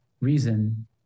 reason